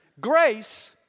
Grace